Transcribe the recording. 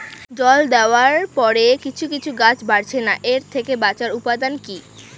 জল দেওয়ার পরে কিছু কিছু গাছ বাড়ছে না এর থেকে বাঁচার উপাদান কী?